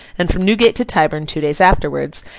and from newgate to tyburn two days afterwards,